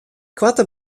koarte